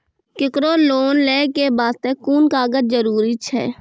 केकरो लोन लै के बास्ते कुन कागज जरूरी छै?